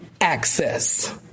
access